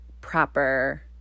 proper